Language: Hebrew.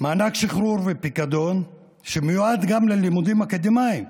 מענק שחרור ופיקדון שמיועדים גם ללימודים אקדמיים,